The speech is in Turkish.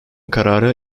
karara